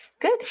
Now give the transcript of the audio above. Good